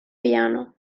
piano